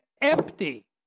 empty